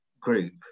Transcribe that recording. group